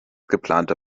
geplanter